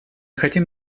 хотим